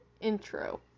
intro